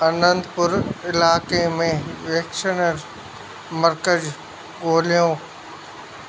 अनंतपुर इलाइक़े में वैक्सनर मर्कज़ ॻोल्हियो